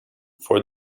for